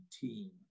team